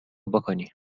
بکنی